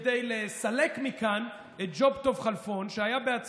בשביל מה הוא בא עוד פעם?